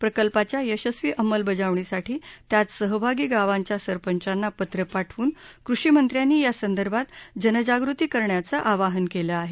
प्रकल्पाच्या यशस्वी अंमलबजावणीसाठी त्यात सहभागी गावांच्या सरपंचांना पत्र पाठवून कृषी मंत्र्यांनी या संदर्भात जनजागृती करण्याचं आवाहन केलं आहे